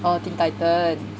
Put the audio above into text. orh teen titans